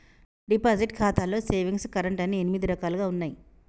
deposit ఖాతాలో savings current అని ఎనిమిది రకాలుగా ఉన్నయి